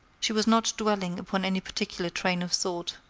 she was not dwelling upon any particular train of thought.